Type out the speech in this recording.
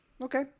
okay